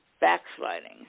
backsliding